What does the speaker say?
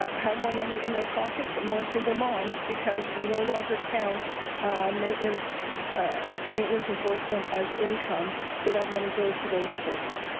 have more money in their pockets. more single moms because we know longer count maintenance ah maintenance enforcement as income. so that money goes to those children.